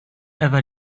ever